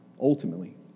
ultimately